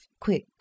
quick